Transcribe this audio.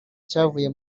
cyavuye